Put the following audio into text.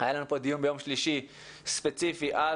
היה לנו פה דיון ביום שלישי ספציפי על